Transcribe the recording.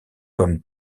comme